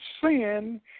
sin